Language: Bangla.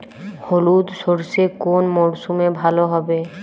হলুদ সর্ষে কোন মরশুমে ভালো হবে?